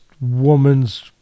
woman's